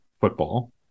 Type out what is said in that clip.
football